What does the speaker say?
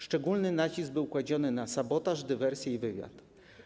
Szczególny nacisk był kładziony na sprawy sabotażu, dywersji i wywiadu.